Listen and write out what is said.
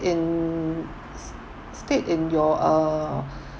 in stayed in your uh